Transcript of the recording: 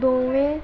ਦੋਵੇੇਂ